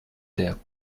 der